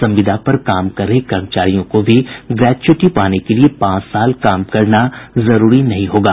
संविदा पर काम कर रहे कर्मचारियों को भी ग्रेच्यूटी पाने के लिये पांच साल काम करना जरूरी नहीं होगा